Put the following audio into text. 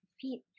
feet